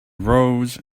rose